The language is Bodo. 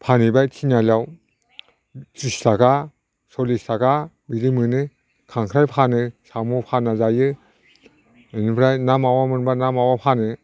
फानहैबाय थिनिआलिआव थ्रिस थाखा सल्लिस थाखा बिदि मोनो खांख्राइ फानो साम' फानना जायो बेनिफ्राय ना मावा मोनबा ना मावा फानो